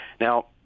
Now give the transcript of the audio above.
Now